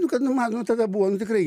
nu kad numanoma tada buvo nu tikrai